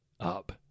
up